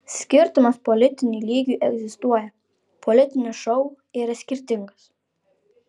skirtumas politiniu lygiu egzistuoja politinis šou yra skirtingas